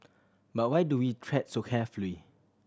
but why do we tread so carefully